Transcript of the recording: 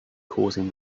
causing